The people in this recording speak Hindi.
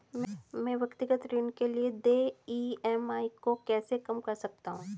मैं व्यक्तिगत ऋण के लिए देय ई.एम.आई को कैसे कम कर सकता हूँ?